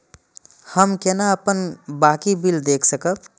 हम केना अपन बाँकी बिल देख सकब?